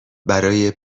برای